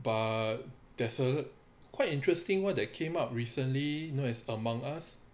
but there's a quite interesting one that came up recently known as among us